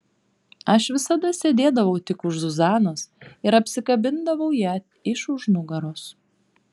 aš visada sėdėdavau tik už zuzanos ir apsikabindavau ją iš už nugaros